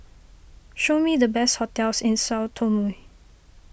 show me the best hotels in Sao Tome